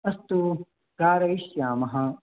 अस्तु कारयिष्यामः